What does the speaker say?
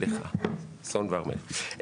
סון והר מלך.